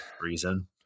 reason